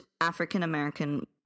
African-American